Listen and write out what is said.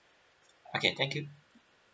okay thank you